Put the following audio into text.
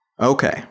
Okay